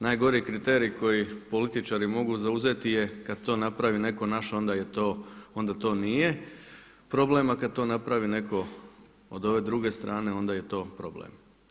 Najgori kriterij koji političari mogu zauzeti je kada to napravi neko naš onda to nije problem, a kada to napravi neko od ove druge strane onda je to problem.